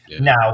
Now